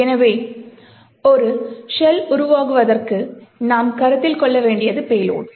எனவே ஒரு ஷெல் உருவாக்குவதற்கு நாம் கருத்தில் கொள்ள வேண்டியது பேலோட்